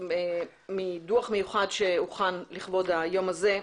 מדו"ח מיוחד שהוכן לכבוד היום הזה,